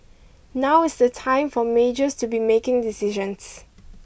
now is the time for majors to be making decisions